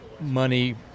money